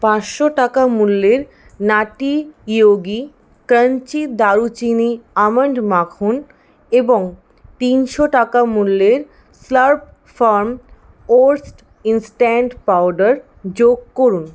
পাঁচশো টাকা মূল্যের নাটি ইয়োগি ক্রাঞ্চি দারুচিনি আমন্ড মাখন এবং তিনশো টাকা মূল্যের Slurp Farm oats instant powder যোগ করুন